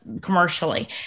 commercially